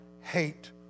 hate